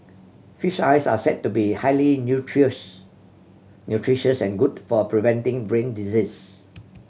fish eyes are said to be highly nutritious and good for preventing brain disease